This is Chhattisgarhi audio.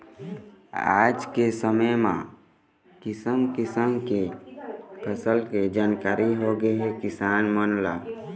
आज के समे म किसम किसम के फसल के जानकारी होगे हे किसान मन ल